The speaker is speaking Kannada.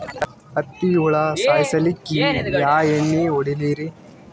ಹತ್ತಿ ಹುಳ ಸಾಯ್ಸಲ್ಲಿಕ್ಕಿ ಯಾ ಎಣ್ಣಿ ಹೊಡಿಲಿರಿ?